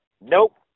Nope